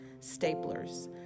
staplers